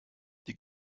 die